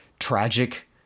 tragic